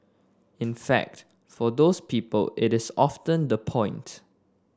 in fact for those people it is often the point